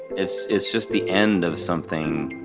it's it's just the end of something.